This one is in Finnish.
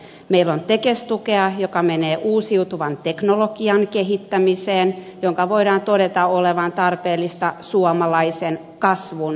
meillä on tekes tukea joka menee uusiutuvan teknologian kehittämiseen jonka voidaan todeta olevan tarpeellista suomalaisen kasvun näkökulmasta